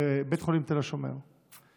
בבית החולים תל השומר,